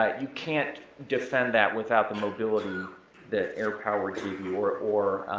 ah you can't defend that without the mobility that air power gave you, or or